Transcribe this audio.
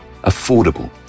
affordable